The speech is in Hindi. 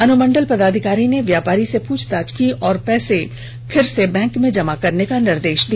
अनुमंडल पदाधिकारी ने व्यापारी को पूछताछ की और पैसे फिर से बैंक में जमा करने का निर्देश दिया